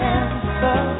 answer